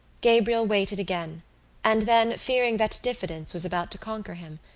gabriel waited again and then, fearing that diffidence was about to conquer him,